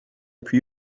puis